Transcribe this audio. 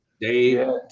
dave